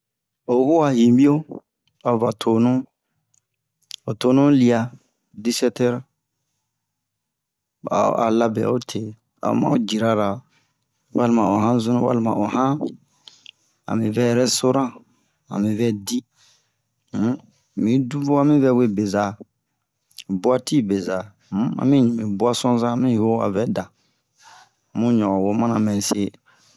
o uwa yibio a va tonu o tonu lia disept heures a'o a labɛ ote a ma'o jirala walima o yanzunu walima o yan ami vɛ restaurant ami vɛ di um mi'i duvo ami vɛ beza buati beza um ami ɲu mi boisson za a mi uwo a vɛ da mu ɲon'on wo mana mɛ se